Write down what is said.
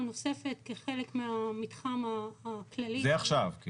נוספת כחלק מהמתחם הכללי -- זה עכשיו.